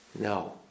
No